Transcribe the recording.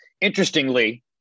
Interestingly